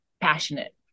passionate